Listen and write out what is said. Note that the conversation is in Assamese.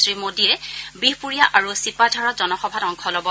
শ্ৰীমোদীয়ে বিহপুৰীয়া আৰু ছিপাঝাৰত জনসভাত অংশ ল'ব